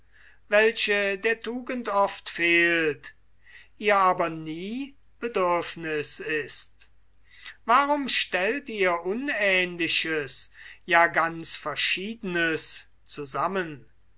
welche der tugend oft fehlt ihr aber nie bedürfniß ist warum stellt ihr unähnliches ja ganz verschiedenes zusammen